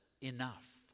enough